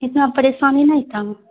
اتنا پریشانی نہیں تھا